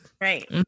Right